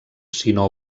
sinó